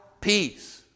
peace